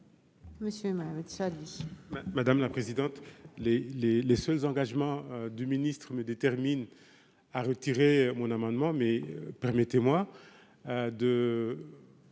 Monsieur et madame. Madame la présidente, les, les, les seuls engagements du ministre-mes détermine à retirer mon amendement, mais permettez-moi de